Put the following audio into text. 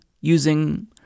using